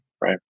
right